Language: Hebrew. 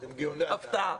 הפתעה.